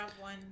one